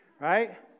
Right